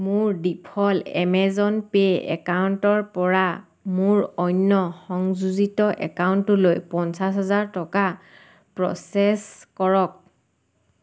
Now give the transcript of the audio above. মোৰ default Amazon pay একাউণ্টৰ পৰা মোৰ অন্য সংযোজিত একাউণ্টলৈ পঞ্চাছ হাজাৰ টকা প্ৰ'চেছ কৰক